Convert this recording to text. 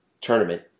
tournament